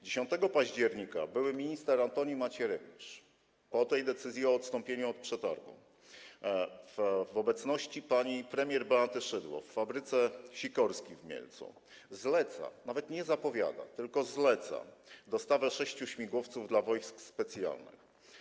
10 października były minister Antoni Macierewicz, po decyzji o odstąpieniu od przetargu, w obecności pani premier Beaty Szydło w fabryce Sikorsky w Mielcu zleca, nawet nie zapowiada, tylko zleca, dostawę sześciu śmigłowców dla Wojsk Specjalnych.